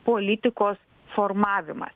politikos formavimą